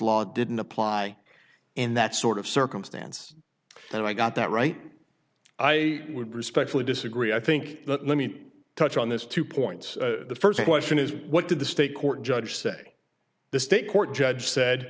law didn't apply in that sort of circumstance and i got that right i would respectfully disagree i think but let me touch on this two points the first question is what did the state court judge say the state court judge said